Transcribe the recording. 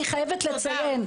אני חייבת לציין.